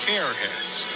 Airheads